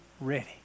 ready